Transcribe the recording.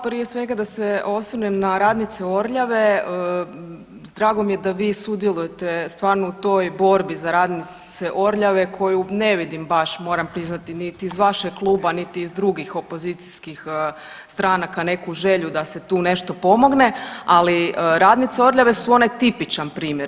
Prije svega da se osvrnem na radnice Orljave, drago mi da vi sudjelujete stvarno u toj borbi za radnice Orljave koju ne vidim baš, moram priznati niti iz vašeg kluba niti iz drugih opozicijskih stranaka neku želju da se tu nešto pomogne, ali radnice Orljave su onaj tipičan primjer.